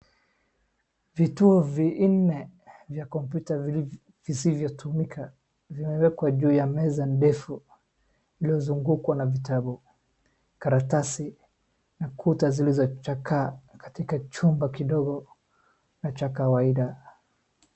Vituo vinne vya kompyuta visivyotumika, vimewekwa juu ya meza ndefu, imezungukwa na vitabu, karatasi na kuta zilizochakaa katika chumba kidogo na cha kawaida.